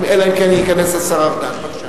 אלא אם כן ייכנס השר ארדן.